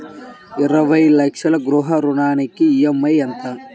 ఇరవై లక్షల గృహ రుణానికి ఈ.ఎం.ఐ ఎంత?